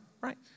right